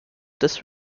this